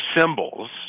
symbols